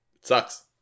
sucks